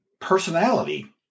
personality